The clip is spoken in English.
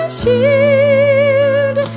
cheered